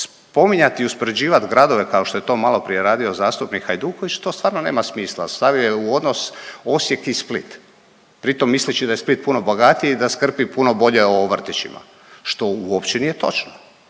spominjati i uspoređivati gradove, kao što je to maloprije radio zastupnik Hajduković, to stvarno nema smisla, stavio je u odnos Osijek i Split, pritom misleći da je Split puno bogatiji i da skrbi puno bolje o vrtićima, što uopće nije točno.